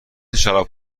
شراب